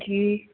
जी